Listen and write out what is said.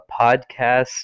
podcast